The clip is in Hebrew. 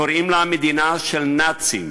קוראים לה מדינה של נאצים,